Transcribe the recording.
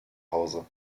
hause